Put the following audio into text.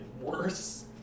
worse